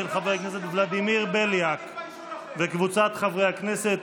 של חבר הכנסת ולדימיר בליאק וקבוצת חברי הכנסת.